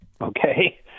okay